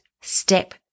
step